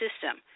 system